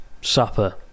supper